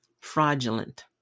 fraudulent